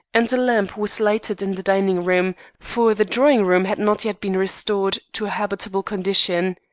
and a lamp was lighted in the dining-room, for the drawing-room had not yet been restored to a habitable condition.